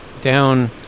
down